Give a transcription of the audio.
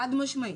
חד-משמעי.